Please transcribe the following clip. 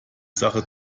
sache